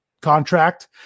contract